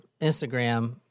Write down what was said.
Instagram